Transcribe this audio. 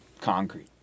concrete